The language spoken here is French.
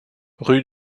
rue